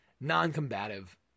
non-combative